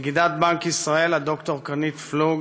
נגידת בנק ישראל ד"ר קרנית פלוג,